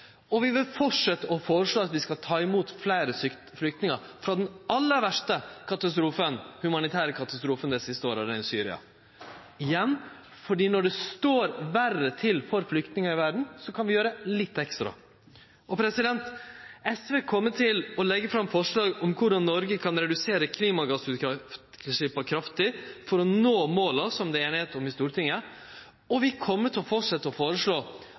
Og vi vil fortsetje å føreslå at vi skal ta imot fleire flyktningar frå den aller verste humanitære katastrofen dei siste åra – den i Syria. Igjen: For når det står verre til for flyktningar i verda, så kan vi gjere litt ekstra. SV kjem til å leggje fram forslag om korleis Noreg kan redusere klimagassutsleppa kraftig for å nå måla som det er einigheit om i Stortinget, og vi kjem til å fortsetje å